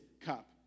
cup